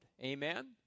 amen